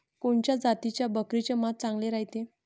कोनच्या जातीच्या बकरीचे मांस चांगले रायते?